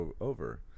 over